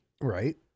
Right